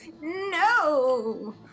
No